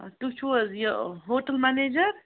تُہۍ چھُو حظ یہِ ہوٹل منیجَر